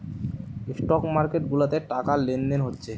stock market গুলাতে টাকা লেনদেন হচ্ছে